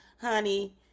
honey